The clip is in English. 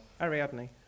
Ariadne